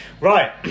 Right